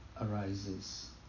arises